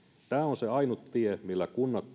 tämä on ainut tie millä kunnat